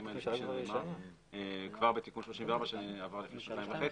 האלה כבר בתיקון 34 שעבר לפני שנה וחצי,